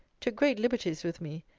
took great liberties with me,